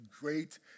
great